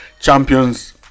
Champions